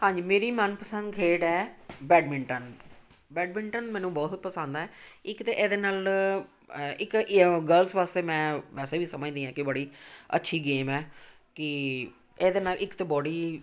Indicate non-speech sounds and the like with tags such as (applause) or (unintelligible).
ਹਾਂਜੀ ਮੇਰੀ ਮਨ ਪਸੰਦ ਖੇਡ ਹੈ ਬੈਡਮਿੰਟਨ ਬੈਡਮਿੰਟਨ ਮੈਨੂੰ ਬਹੁਤ ਪਸੰਦ ਹੈ ਇੱਕ ਤਾਂ ਇਹਦੇ ਨਾਲ ਇੱਕ (unintelligible) ਗਰਲਸ ਵਾਸਤੇ ਮੈਂ ਵੈਸੇ ਵੀ ਸਮਝਦੀ ਹਾਂ ਕਿ ਬੜੀ ਅੱਛੀ ਗੇਮ ਹੈ ਕਿ ਇਹਦੇ ਨਾਲ ਇੱਕ ਤਾਂ ਬੋਡੀ